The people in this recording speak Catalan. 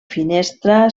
finestra